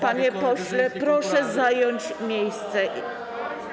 Panie pośle, proszę zająć miejsce.